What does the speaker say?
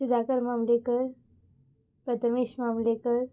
Sudhakar Mamlekar Prathamesh Mamlekar